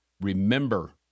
Remember